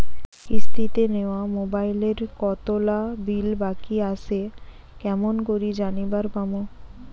কিস্তিতে নেওয়া মোবাইলের কতোলা বিল বাকি আসে কেমন করি জানিবার পামু?